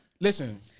listen